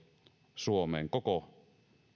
suomeen koko